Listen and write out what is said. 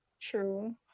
True